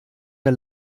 der